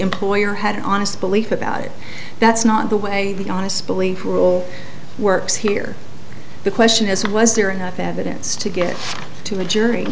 employer had an honest belief about it that's not the way the honest belief rule works here the question is was there enough evidence to get to a jury